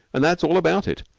and that's all about it.